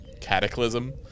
cataclysm